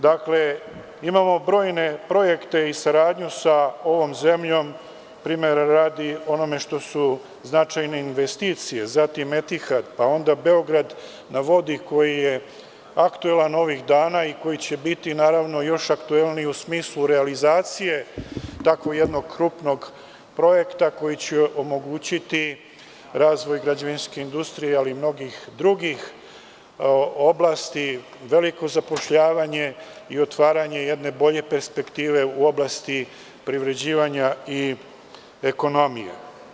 Dakle, imamo brojne projekte i saradnju sa ovom zemljom, primera radi, o onome što su značajne investicije, „Etihad“, pa onda „Beograd na vodi“ koji je aktuelan ovih dana i koji će biti naravno još aktuelniji u smislu realizacije takvog jednog krupnog projekta koji će omogućiti razvoj građevinske industrije, ali i mnogih drugih oblasti, veliko zapošljavanje i otvaranje jedne bolje perspektiveu oblasti privređivanja i ekonomije.